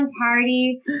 party